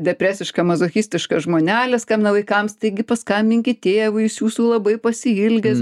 depresiška mazochistiška žmonelė skambina vaikams taigi paskambinkit tėvui jis jūsų labai pasiilgęs